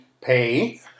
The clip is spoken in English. pay